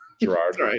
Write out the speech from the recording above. Gerard